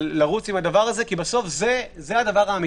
אבל צריך לרוץ עם זה כי בסוף זה הדבר האמיתי,